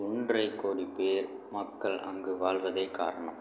ஒன்றரை கோடிப்பேர் மக்கள் அங்கு வாழ்வதே காரணம்